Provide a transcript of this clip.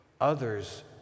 Others